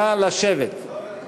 נא לשבת.